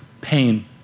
pain